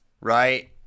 right